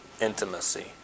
intimacy